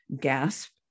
gasp